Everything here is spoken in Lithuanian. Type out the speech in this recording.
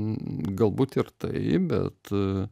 galbūt ir taip bet